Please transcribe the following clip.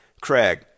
Craig